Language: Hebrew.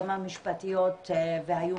גם המשפטיות,